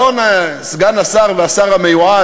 אדון סגן השר והשר המיועד,